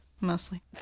Mostly